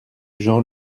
jean